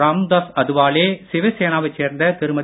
ராம்தாஸ் அதவாலே சிவசேனாவைச் சேர்ந்த திருமதி